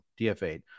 DFA